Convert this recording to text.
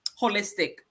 holistic